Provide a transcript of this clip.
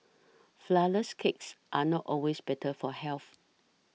Flourless Cakes are not always better for health